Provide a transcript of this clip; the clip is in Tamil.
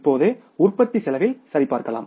இப்போது உற்பத்தி செலவில் சரிபார்க்கலாம்